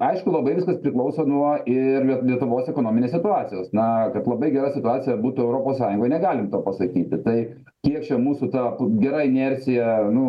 aišku labai viskas priklauso nuo ir lietuvos ekonominės situacijos na kad labai gera situacija būtų europos sąjungoj negalim to pasakyti tai kiek čia mūsų ta gera inercija nu